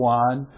one